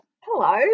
Hello